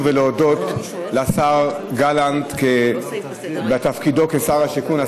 ולהודות לשר גלנט בתפקידו כשר השיכון.